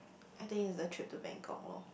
I think is the trip to Bangkok loh